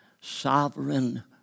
sovereign